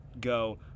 go